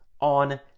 on